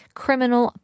criminal